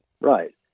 Right